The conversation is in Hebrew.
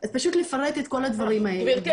אז פשוט לפרט את כל הדברים האלה.